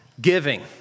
giving